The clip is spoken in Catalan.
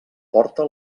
porta